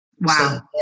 Wow